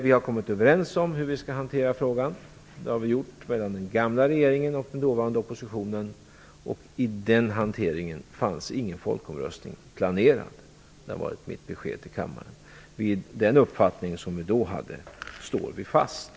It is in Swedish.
Vi har kommit överens om hur vi skall hantera den här frågan. Det gjorde vi mellan den gamla regeringen och den dåvarande oppositionen. I den hanteringens fanns ingen folkomröstning planerad. Det har varit mitt besked till kammaren. Vid den uppfattning som vi då hade står vi fast.